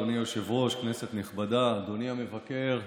אדוני היושב-ראש, כנסת נכבדה, אדוני המבקר,